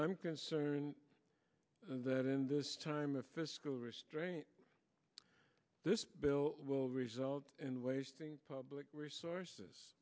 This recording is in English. i'm concerned that in this time of fiscal restraint this bill will result in wasting public resources